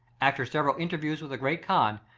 after several interviews with the great khan,